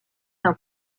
d’un